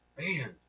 Man